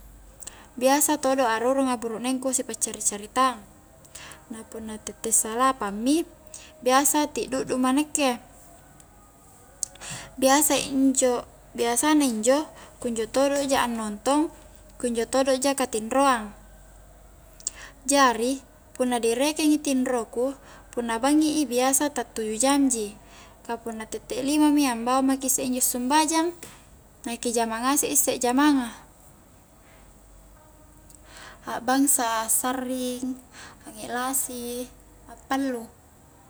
Biasa todo' arurunga burukneng ku sipa'cari-caritang na punna tette salapang mi biasa ti'du'du ma nakke niasa injo-biasa na injo kunjo todo' ja a nontong kunjo todo ja katinroang jari punna direkengi tinro ku punna bangngi i biasa ta tuju jang ji ka punna tette-tette lima mi ambaung maki isse injo sumbajang na ki jama ngasek mi isse jamanga a'bangsa a sarring, a ngiklasi, appallu